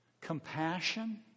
compassion